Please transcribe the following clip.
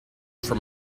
from